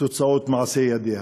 מעשי ידיה.